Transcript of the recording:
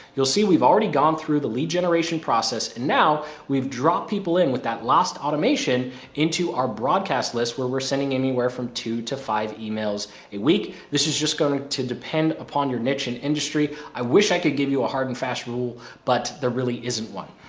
you'll see we've already gone through the lead generation process and now, we've dropped people in with that last automation into our broadcast list where we're sending anywhere from two to five emails a week. this is just going ah to depend upon your niche in industry, i wish i could give you a hard and fast rule but there really isn't one.